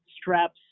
straps